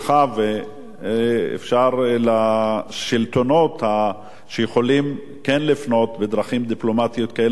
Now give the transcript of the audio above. ואפשר שהשלטונות יכולים כן לפנות בדרכים דיפלומטיות כאלה ואחרות.